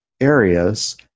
areas